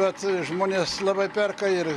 bet žmonės labai perka ir